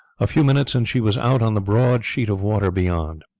a few minutes and she was out on the broad sheet of water beyond.